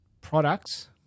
products